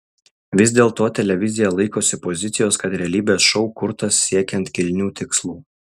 vis dėlto televizija laikosi pozicijos kad realybės šou kurtas siekiant kilnių tikslų